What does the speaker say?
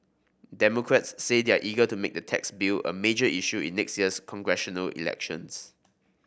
democrats say they're eager to make the tax bill a major issue in next year's congressional elections